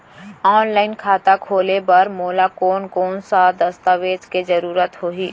Online खाता खोले बर मोला कोन कोन स दस्तावेज के जरूरत होही?